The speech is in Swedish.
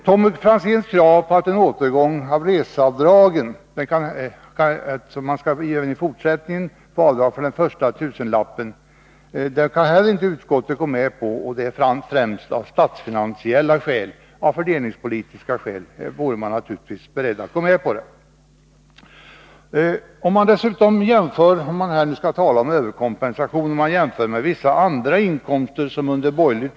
Tommy Franzéns krav på återinförande av rätten till avdrag för första tusenlappen vad gäller resekostnader kan utskottet heller inte gå med på, främst av statsfinansiella skäl. Av fördelningspolitiska skäl vore utskottsmajoriteten naturligtvis beredd att gå med på det. Om man dessutom jämför med vissa andra inkomster som under borgerlig .